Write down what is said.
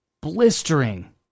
blistering